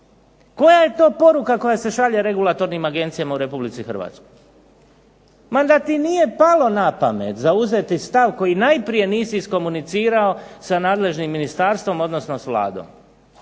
Koja je to poruka koja se šalje regulatornim agencijama u Republici Hrvatskoj? Ma da ti nije palo na pamet zauzeti stav koji najprije nisi iskomunicirao sa nadležnim ministarstvom odnosno s Vladom.